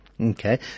Okay